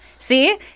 See